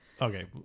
okay